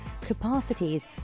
capacities